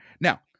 now